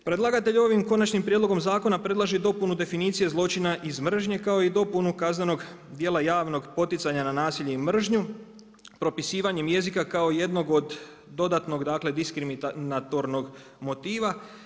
Predlagatelj ovim konačnim prijedlogom zakona predlaže i dopunu definicije zločina iz mržnje kao i dopunu kaznenog djela javno poticanja na nasilje i mržnju, propisivanjem jezika kao jednog od dodatnog dakle, diskriminatornog motiva.